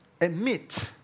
admit